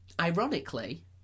ironically